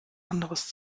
anderes